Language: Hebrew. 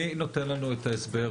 מי נותן לנו את ההסבר